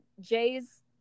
Jay's